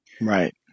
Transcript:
Right